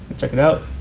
check it out.